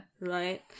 Right